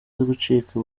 gucika